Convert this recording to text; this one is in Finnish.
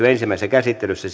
ensimmäisessä käsittelyssä